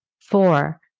Four